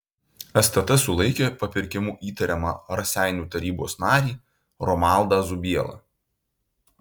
stt sulaikė papirkimu įtariamą raseinių tarybos narį romaldą zubielą